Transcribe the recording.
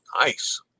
Nice